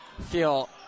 feel